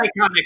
iconic